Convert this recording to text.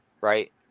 right